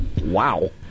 Wow